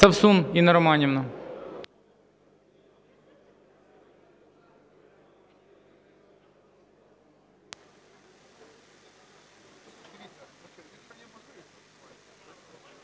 Совсун Інна Романівна.